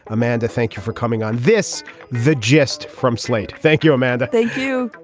amanda thank you for coming on this the gist from slate. thank you amanda thank you